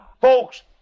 Folks